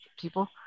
people